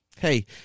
Hey